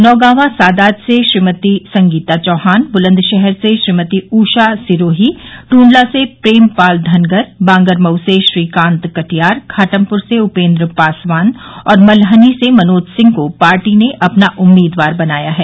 नौगावां सादात से श्रीमती संगीता चौहान बुलन्दशहर से श्रीमती ऊषा सिरोही दूंडला से प्रेमपाल धनगर बांगरमऊ से श्रीकांत कटियार घाटमपुर से उपेन्द्र पासवान और मल्हनी से मनोज सिंह को पार्टी ने अपना उम्मीदवार बनाया है